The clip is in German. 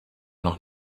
noch